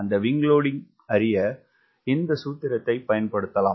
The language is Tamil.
அந்த விங்க் லோடிங்க் அறிய இந்த சூத்திரத்தைப் பயன்படுத்தலாம்